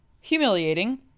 Humiliating